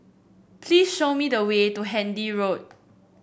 please show me the way to Handy Road